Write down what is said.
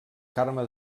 carme